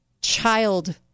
child